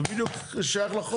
זה בדיוק שייך לחוק.